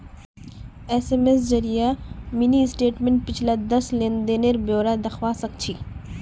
SMS जरिए mini स्टेटमेंटत पिछला दस लेन देनेर ब्यौरा दखवा सखछी